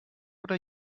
oder